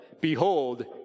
behold